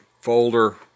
folder